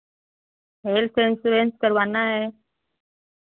health insurance करवाना है